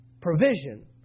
provision